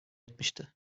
etmişti